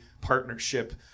partnership